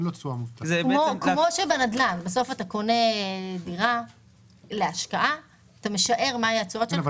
זה כמו שכשאתה קונה דירה להשקעה אתה משער מה יהיו התשואות שלך.